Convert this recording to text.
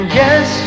yes